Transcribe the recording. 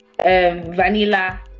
vanilla